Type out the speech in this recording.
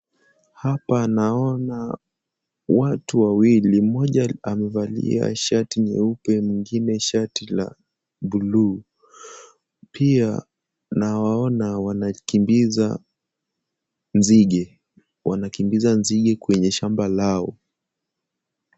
Hapa naona watu wawili. Mmoja amevalia shati nyeupe mwengine shati ya buluu. Pia nawaona wanakimbiza nzige. Wanakimbiza nzige kwenye shamba lao.